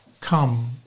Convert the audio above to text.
Come